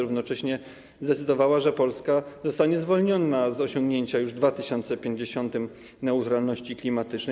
Równocześnie zdecydowała, że Polska zostanie zwolniona z osiągnięcia już w 2050 r. neutralności klimatycznej.